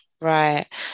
right